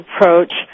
approach